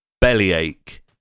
bellyache